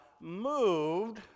moved